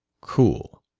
cool.